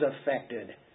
affected